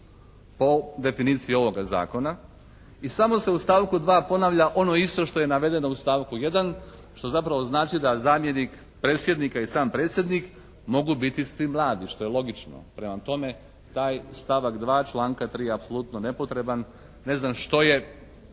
po definiciji ovoga zakona. I samo se u stavku 2. ponavlja ono isto što je navedeno u stavku 1. što zapravo znači da zamjenik predsjednika i sam predsjednik mogu biti svi mladi što je logično. Prema tome taj stavak 2. članka 3. je apsolutno nepotreban. Ne znam što je